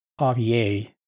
rva